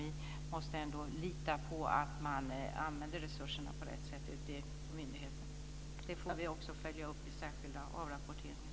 Vi måste lita på att myndigheterna använder resurserna på rätt sätt. Det får vi också följa upp i särskilda avrapporteringar.